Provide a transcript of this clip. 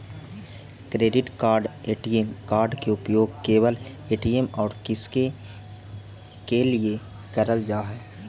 Credit card ATM card के उपयोग केवल ए.टी.एम और किसके के लिए करल जा है?